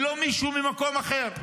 ולא מישהו ממקום אחר,